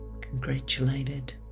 congratulated